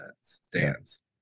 stance